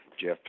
Jeff